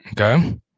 Okay